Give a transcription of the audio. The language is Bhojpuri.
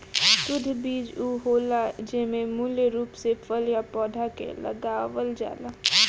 शुद्ध बीज उ होला जेमे मूल रूप से फल या पौधा के लगावल जाला